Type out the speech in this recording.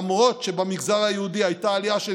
למרות שבמגזר היהודי הייתה עלייה של